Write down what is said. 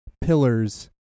pillars